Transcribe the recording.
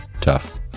tough